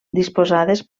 disposades